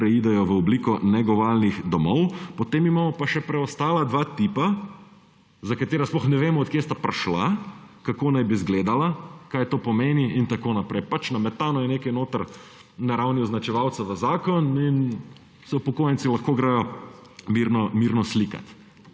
preidejo v obliko negovalnih domov, potem imamo pa še preostala dva tipa, za katera sploh ne vemo, od kje sta prišla, kako naj bi izgledala, kaj to pomeni in tako naprej. Pač nametano je nekaj notri na ravni označevalca v zakon in se upokojenci lahko gredo mirno slikat.